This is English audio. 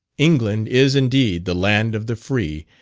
england is, indeed, the land of the free,